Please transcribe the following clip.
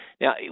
Now